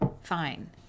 Fine